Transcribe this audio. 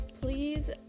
please